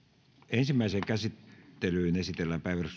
ensimmäiseen käsittelyyn esitellään päiväjärjestyksen